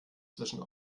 zwischen